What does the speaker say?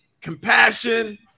Compassion